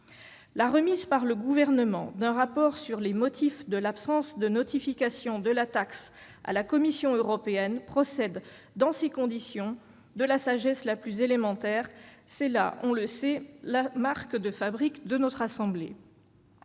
La remise par le Gouvernement d'un rapport sur les motifs de l'absence de notification de la taxe à la Commission européenne procède, dans ces conditions, de la sagesse la plus élémentaire. C'est là, on le sait, la marque de fabrique de notre assemblée